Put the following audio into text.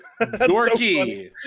Dorky